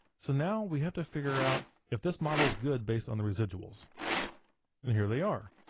so now we have to figure out if this model's good based on the residuals and here they are.